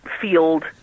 field